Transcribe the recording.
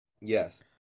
Yes